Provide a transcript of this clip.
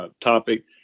topic